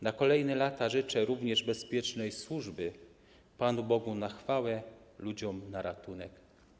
Na kolejne lata życzę również bezpiecznej służby - Panu Bogu na chwałę, ludziom na ratunek.